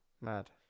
Mad